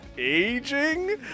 aging